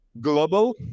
global